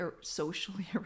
socially